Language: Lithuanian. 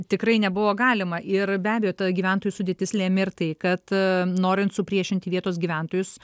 tikrai nebuvo galima ir be abejo ta gyventojų sudėtis lėmė ir tai kad norint supriešinti vietos gyventojus